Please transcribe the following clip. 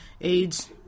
AIDS